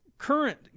current